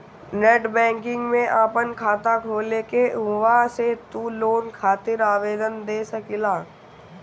net banking में आपन खाता खोल के उहवा से तू लोन खातिर आवेदन दे सकेला